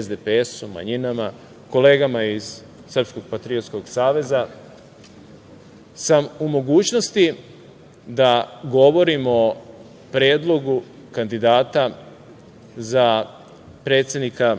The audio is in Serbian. SDPS-u, manjinama, kolegama iz Srpskog patriotskog saveza, sam u mogućnosti da govorimo o Predlogu kandidata za predsednika